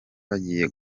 bagiye